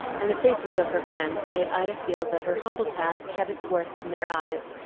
and the faces of her friends, made ida feel that her humble task had its worth in their eyes,